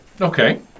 Okay